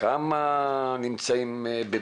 מחיר למשתכן עושים דברים נפלאים.